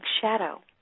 Shadow